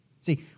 See